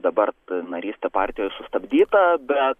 dabar narystė partijos sustabdyta bet